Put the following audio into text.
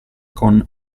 con